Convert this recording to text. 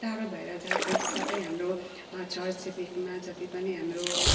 टाढो भएर जान्छन् सबै हाम्रो छर छिमेकमा जति पनि हाम्रो